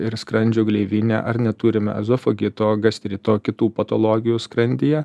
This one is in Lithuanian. ir skrandžio gleivinę ar neturime ezofagito gastrito kitų patologijų skrandyje